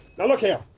now look here,